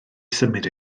symud